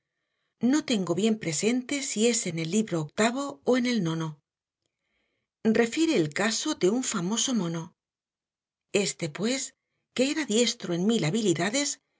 del unicornio cuenta maravillas y el ave fénix cree a pie juntillas no tengo bien presente si es en el libro octavo o en el nono refiere el caso de un famoso mono éste pues que era diestro en mil habilidades